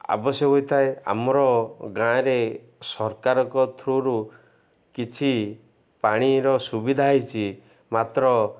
ଆବଶ୍ୟକ ହୋଇଥାଏ ଆମର ଗାଁରେ ସରକାରଙ୍କ ଥ୍ରୋରୁ କିଛି ପାଣିର ସୁବିଧା ହେଉଛି ମାତ୍ର